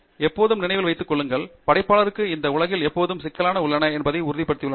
எப்போதும் நினைவில் வைத்து கொள்ளுங்கள் படைப்பாளருக்கு இந்த உலகில் போதுமான சிக்கல்கள் உள்ளன என்பதை உறுதிப்படுத்தியுள்ளது